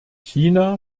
china